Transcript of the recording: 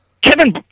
Kevin